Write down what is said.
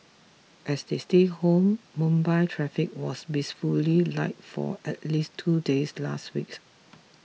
as they stayed home Mumbai's traffic was blissfully light for at least two days last weeks